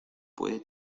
puede